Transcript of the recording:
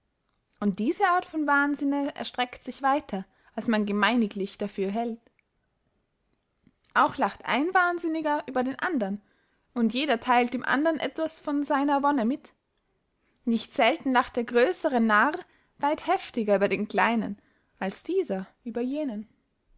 und diese art von wahnsinne erstreckt sich weiter als man gemeiniglich dafür hält auch lacht ein wahnsinniger über den andern und jeder teilt dem andern etwas von seiner wonne mit nicht selten lacht der grössere narr weit heftiger über den kleinen als dieser über jenen